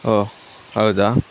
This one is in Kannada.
ಓಹ್ ಹೌದಾ